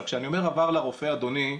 כשאני אמר עבר לרופא אדוני,